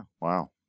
wow